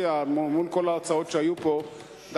מול כל ההצעות שהיו פה הייתי מציע